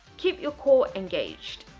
keep your core engaged